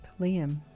Liam